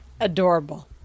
Adorable